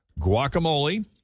guacamole